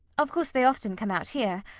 of course they often come out here.